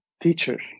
teacher